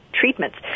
treatments